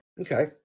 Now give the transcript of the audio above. Okay